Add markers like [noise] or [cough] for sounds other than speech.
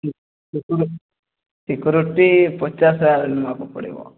security security ପଚାଶ [unintelligible] ପଡ଼ିବ